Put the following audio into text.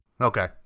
Okay